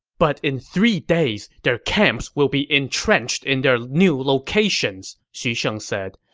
but in three days, their camps will be entrenched in their new locations, xu sheng said.